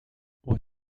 what